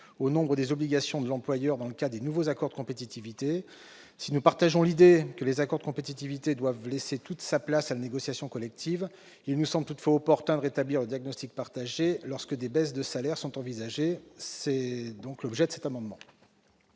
au nombre des obligations de l'employeur dans le cadre des nouveaux accords de compétitivité. Si nous partageons cette idée que les accords de compétitivité doivent laisser toute sa place à la négociation collective, il nous semble toutefois opportun de rétablir le diagnostic partagé lorsque des baisses de salaires sont envisagées. Quel est l'avis de la commission